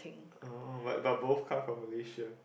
oh but but both come from Malaysia